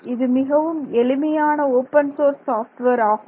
இது மிகவும் எளிமையான ஓப்பன் சோர்ஸ் சாப்ட்வேர் ஆகும்